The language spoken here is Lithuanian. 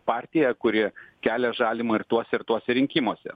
partija kuri kelia žalimą ir tuose ir tuose rinkimuose